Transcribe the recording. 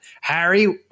Harry